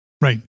Right